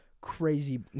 crazy